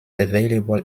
available